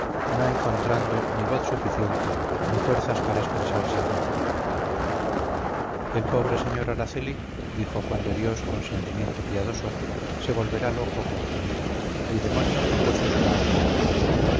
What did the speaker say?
no encontrando ni voz suficiente ni fuerzas para expresarse fuera el pobre sr araceli dijo juan de dios con sentimiento piadoso se volverá loco como yo el demonio ha puesto su mano en él